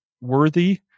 worthy